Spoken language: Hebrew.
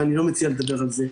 ואני לא מציע לדבר על זה.